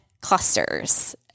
clusters